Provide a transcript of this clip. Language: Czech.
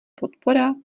podpora